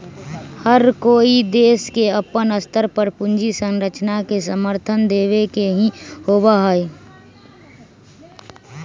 हर कोई देश के अपन स्तर पर पूंजी संरचना के समर्थन देवे के ही होबा हई